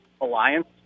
Alliance